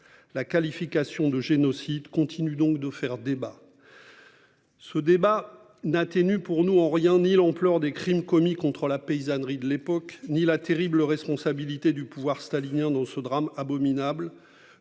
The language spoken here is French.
La qualification de génocide continue donc de faire débat. Ce débat n'atténue pour nous en rien ni l'ampleur des crimes commis contre la paysannerie de l'époque ni la terrible responsabilité du pouvoir stalinien dans ce drame abominable.